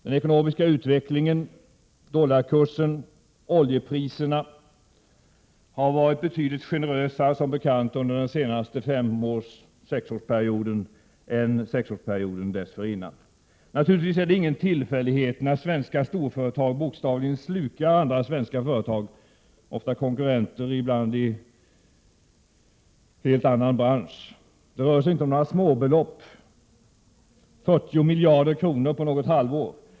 Den ekonomiska utvecklingen och utvecklingen av dollarkursen och oljepriserna har som bekant varit betydligt gynnsammare under den senaste sexårsperioden än under sexårsperioden dessförinnan. Naturligtvis är det ingen tillfällighet att svenska storföretag bokstavligen slukar andra svenska företag, ofta konkurrenter i helt andra branscher. Och det rör sig inte om några småbelopp - 40 miljarder på något halvår.